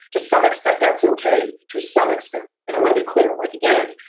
to some extent, that's ok. to some extent. and i want to be clear, like, again,